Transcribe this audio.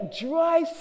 dry